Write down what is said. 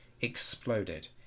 exploded